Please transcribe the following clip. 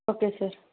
okay sir